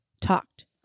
talked